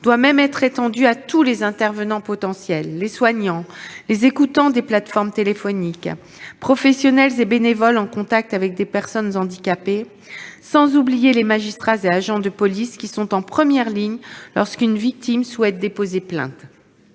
doit même être étendu à tous les intervenants potentiels : les soignants, les écoutants des plateformes téléphoniques, les professionnels et les bénévoles en contact avec des personnes handicapées, sans oublier les magistrats et agents de police, qui sont en première ligne lorsqu'une victime souhaite déposer plainte.